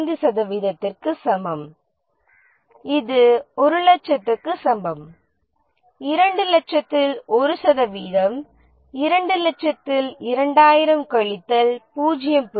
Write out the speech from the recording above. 5 சதவீதத்திற்கு சமம் இது 100000 க்கு சமம் 200000 இல் 1 சதவீதம் 200000 இல் 2000 கழித்தல் 0